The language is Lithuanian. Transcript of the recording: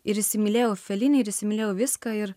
ir įsimylėjau felinį ir įsimylėjau viską ir